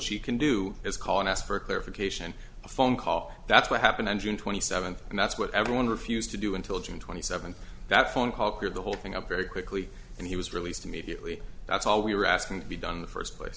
she can do is call and ask for clarification a phone call that's what happened on june twenty seventh and that's what everyone refused to do until june twenty seventh that phone call cleared the whole thing up very quickly and he was released immediately that's all we were asking to be done in the first place